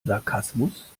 sarkasmus